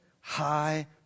high